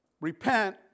repent